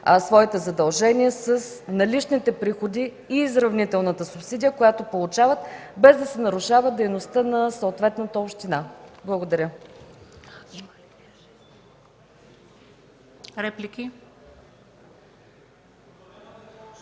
своите задължения с наличните приходи и изравнителната субсидия, която получават, без да се нарушава дейността на съответната община. Благодаря.